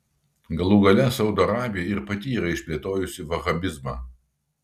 galų gale saudo arabija ir pati yra išplėtojusi vahabizmą